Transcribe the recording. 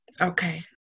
Okay